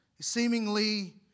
seemingly